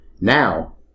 Now